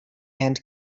and